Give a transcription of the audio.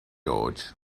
george